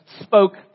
spoke